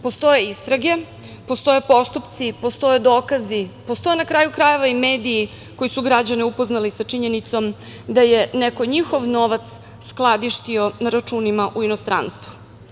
Postoje istrage, postoje postupci, postoje dokazi, postoje na kraju krajeva i mediji koji su građane upoznali sa činjenicom da je neko njihov novac skladištio na računima u inostranstvu.